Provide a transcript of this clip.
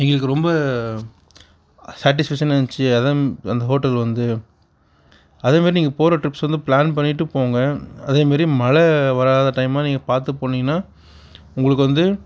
எங்களுக்கு ரொம்ப சேட்டிஸ்பெக்ஷனாக இருந்துச்சு அதுவும் அந்த ஹோட்டல் வந்து அதே மாதிரி நீங்கள் போகிற டிரிப்ஸ் வந்து பிளான் பண்ணிவிட்டு போங்க அதே மாதிரி மழை வராத டைமாக நீங்கள் பார்த்து போனீங்னால் உங்களுக்கு வந்து